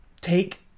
take